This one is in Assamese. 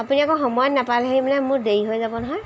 আপুনি আকৌ সময়ত নাপালেহি মানে মোৰ দেৰি হৈ যাব নহয়